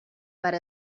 per